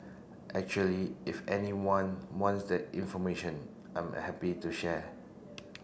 actually if anyone wants that information I'm happy to share